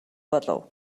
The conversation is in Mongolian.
болов